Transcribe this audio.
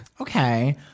Okay